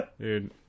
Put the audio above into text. Dude